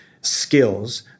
skills